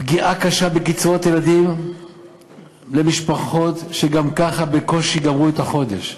פגיעה קשה בקצבאות הילדים למשפחות שגם כך בקושי גמרו את החודש,